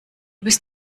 bist